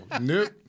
Nope